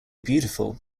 beautiful